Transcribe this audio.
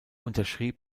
unterschrieb